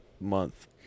month